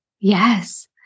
Yes